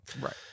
Right